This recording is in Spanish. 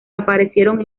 aparecieron